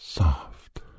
Soft